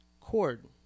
cord